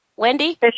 Wendy